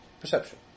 Perception